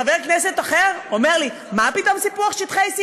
חבר כנסת אחר אומר לי: מה פתאום סיפוח שטחי C?